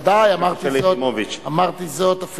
בוודאי, אמרתי זאת.